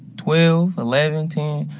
twelve, eleven ten.